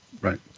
Right